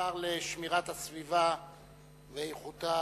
השר לשמירת הסביבה ואיכותה,